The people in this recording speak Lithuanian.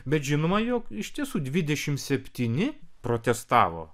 bet žinoma jog iš tiesų dvidešimt septyni protestavo